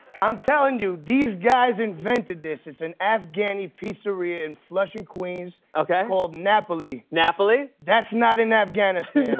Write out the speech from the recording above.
i'm telling you, these guys invented this. it's an afghani pizzeria in flushing, queens. okay. called napoli. napoli. that's not in afghanistan.